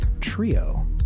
trio